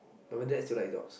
but my dad still like dogs